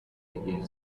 again